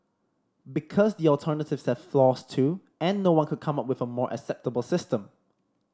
because the alternatives have flaws too and no one could come up with a more acceptable system